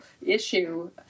issue